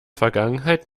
vergangenheit